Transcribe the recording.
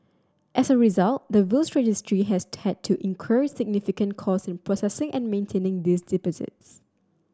as a result the Wills Registry has had to incur significant cost in processing and maintaining these deposits